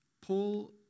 Paul